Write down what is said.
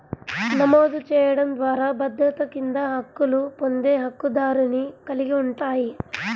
నమోదు చేయడం ద్వారా భద్రత కింద హక్కులు పొందే హక్కుదారుని కలిగి ఉంటాయి,